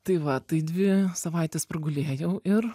tai va tai dvi savaites pragulėjau ir